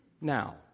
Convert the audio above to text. Now